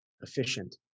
Efficient